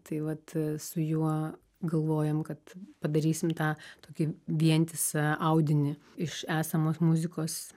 tai vat su juo galvojam kad padarysim tą tokį vientisą audinį iš esamos muzikos